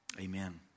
Amen